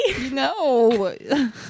No